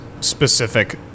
specific